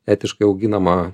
etiškai auginama